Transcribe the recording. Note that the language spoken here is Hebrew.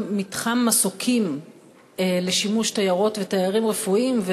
מתחם מסוקים לשימוש תיירות ותיירים רפואיים,